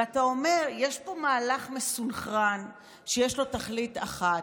ואתה אומר: יש פה מהלך מסונכרן שיש לו תכלית אחת,